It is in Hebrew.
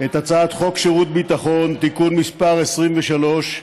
את הצעת חוק שירות ביטחון (תיקון מס' 23)